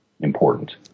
important